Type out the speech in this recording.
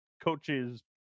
coaches